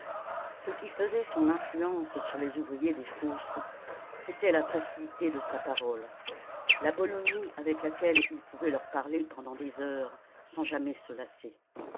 ce qui faisait son influence sur les ouvriers des fosses c'était la facilité de sa parole la bonhomie avec laquelle il pouvait leur parler pendant des heures sans jamais se lasser